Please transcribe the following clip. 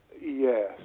Yes